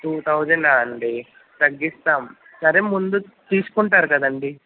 to thousand అండి తగ్గిస్తాము సరే ముందు తీస్కుంటారు కదా అండి